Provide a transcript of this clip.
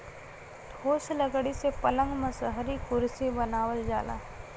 ठोस लकड़ी से पलंग मसहरी कुरसी बनावल जाला